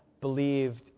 believed